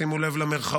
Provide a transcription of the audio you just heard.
שימו לב למירכאות,